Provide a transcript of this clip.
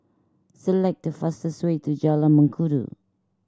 select the fastest way to Jalan Mengkudu